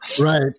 right